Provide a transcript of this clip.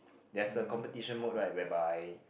there is a competition mode right whereby